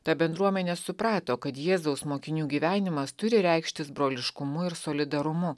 ta bendruomenė suprato kad jėzaus mokinių gyvenimas turi reikštis broliškumu ir solidarumu